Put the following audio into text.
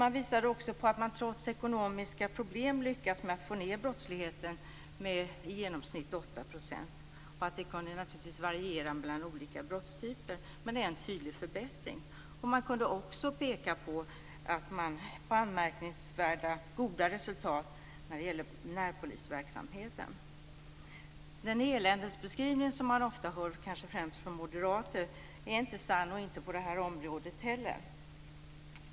Man visade också på att man trots ekonomiska problem lyckats få ned brottsligheten med i genomsnitt 8 %. Det kunde naturligtvis variera mellan olika brottstyper, men det är en tydlig förbättring. Man kunde också peka på anmärkningsvärt goda resultat när det gäller närpolisverksamheten. Den eländesbeskrivning som man ofta hör, kanske främst från moderater, är inte sann på det här området heller.